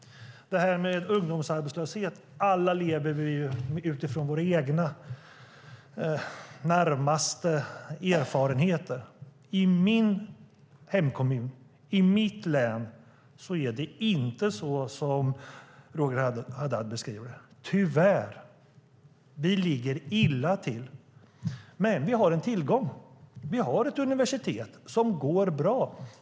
När det gäller ungdomsarbetslöshet vill jag säga att vi alla lever efter våra egna erfarenheter. I min hemkommun och i mitt län är det inte som Roger Haddad beskriver det, tyvärr. Vi ligger illa till, men vi har en tillgång. Vi har nämligen ett universitet som går bra.